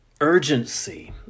urgency